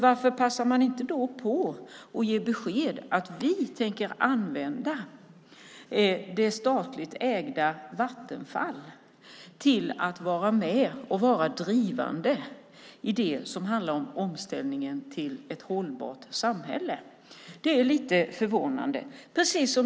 Varför passar man inte på att ge besked att vi tänker använda det statliga ägda Vattenfall till att vara med och vara drivande i det som handlar om omställningen till ett hållbart samhälle? Det är lite förvånande.